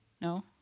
No